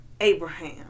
Abraham